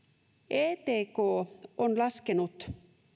etk on laskenut